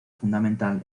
fundamental